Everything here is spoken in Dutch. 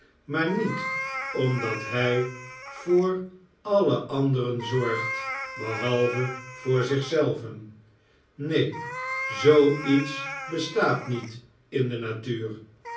maar niet omdat hij voor alle anderen zorgt behalve voor zich zelven neen zoo iets bestaat niet in de natuur